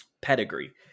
pedigree